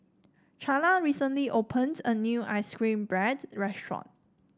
Charla recently opened a new ice cream bread restaurant